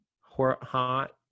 Hot